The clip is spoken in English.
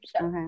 Okay